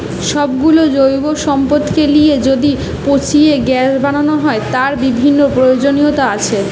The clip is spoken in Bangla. সব গুলো জৈব সম্পদকে লিয়ে যদি পচিয়ে গ্যাস বানানো হয়, তার বিভিন্ন প্রয়োজনীয়তা আছে